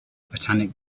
botanic